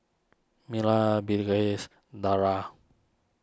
Melur Balqis Dara